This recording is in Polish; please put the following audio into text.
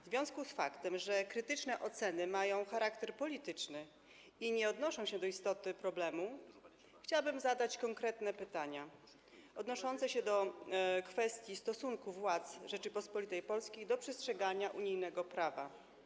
W związku z faktem, że krytyczne oceny mają charakter polityczny i nie odnoszą się do istoty problemu, chciałabym zadać konkretne pytania odnoszące się do kwestii stosunku władz Rzeczypospolitej Polskiej do przestrzegania unijnego prawa.